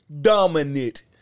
dominant